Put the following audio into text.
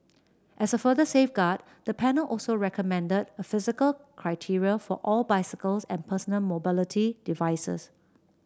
as a further safeguard the panel also recommended a physical criteria for all bicycles and personal mobility devices